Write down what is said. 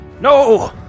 No